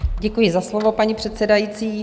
Děkuji za slovo, paní předsedající.